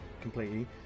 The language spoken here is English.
completely